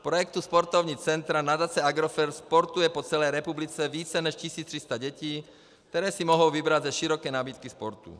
V projektu Sportovní centra nadace Agrofert sportuje po celé republice více než 1 300 dětí, které si mohou vybrat ze široké nabídky sportů.